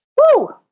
Woo